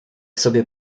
sobie